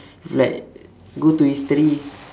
like go to history